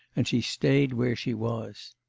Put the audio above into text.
and she stayed where she was.